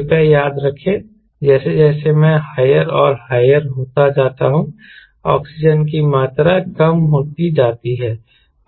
कृपया याद रखें जैसे जैसे मैं हायर और हायर होता जाता हूं ऑक्सीजन की मात्रा कम होती जाती है